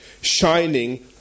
shining